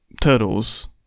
turtles